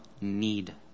need